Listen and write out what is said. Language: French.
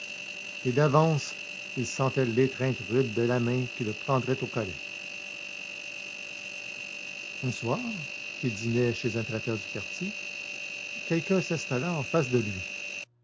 et d'avance il sentait l'étreinte rude de la main qui le prendrait au collet un soir qu'il dînait chez un traiteur du quartier quelqu'un s'installa en face de lui